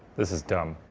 this is dumb.